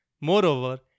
Moreover